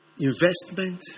investment